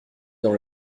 dans